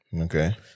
Okay